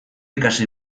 ikasi